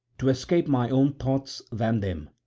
to escape my own thoughts than them,